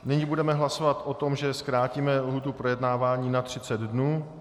Nyní budeme hlasovat o tom, že zkrátíme lhůtu k projednávání na 30 dnů.